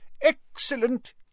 Excellent